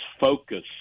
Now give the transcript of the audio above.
focus